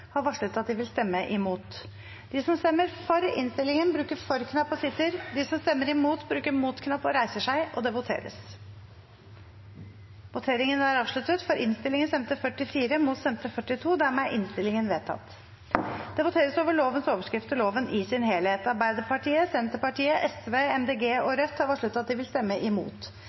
har varslet at de vil stemme imot. Det voteres over lovens overskrift og loven i sin helhet. Arbeiderpartiet, Senterpartiet, Sosialistisk Venstreparti, Miljøpartiet De Grønne og Rødt har varslet at de vil stemme imot.